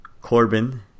Corbin